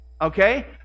okay